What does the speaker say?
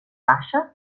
baixa